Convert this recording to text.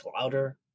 louder